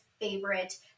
favorite